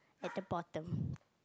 at the bottom